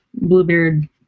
Bluebeard